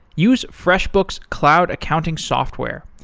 use freshbooks cloud accounting software.